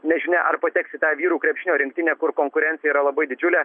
nežinia ar pateks į tą vyrų krepšinio rinktinę kur konkurencija yra labai didžiulė